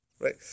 Right